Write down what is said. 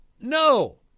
No